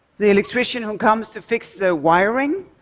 the electrician who comes to fix the wiring,